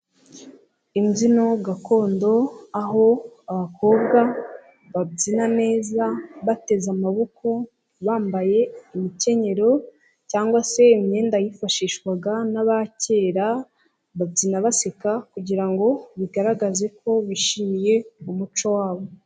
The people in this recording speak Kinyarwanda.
Imbyino gakondo aho abakobwa babyina neza bateze amaboko bambaye ibikenyero cyangwa se imyenda yifashishwaga n'abakera, babyina baseka kugira ngo bigaragaze ko bishimiye umuco wabo.